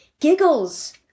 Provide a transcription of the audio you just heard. giggles